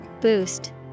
Boost